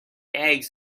eggs